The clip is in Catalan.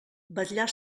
vetllar